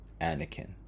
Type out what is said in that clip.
Anakin